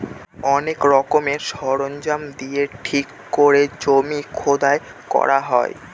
অনেক রকমের সরঞ্জাম দিয়ে ঠিক করে জমি খোদাই করা হয়